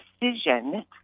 decision